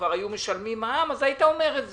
כבר היו משלמים מע"מ, אז היית אומר את זה.